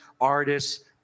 artists